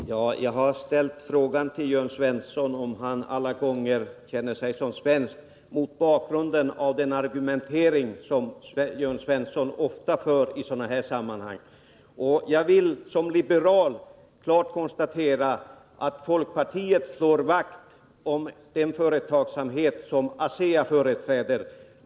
Herr talman! Jag har ställt frågan till Jörn Svensson — om han alla gånger känner sig som svensk — mot bakgrund av den argumentering som Jörn Svensson ofta för i sådana här sammanhang. Som liberal vill jag klart konstatera att folkpartiet slår vakt om den företagsamhet som ASEA företräder.